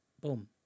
Boom